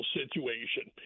situation